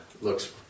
looks